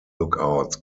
lookouts